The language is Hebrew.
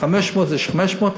500 זה 500,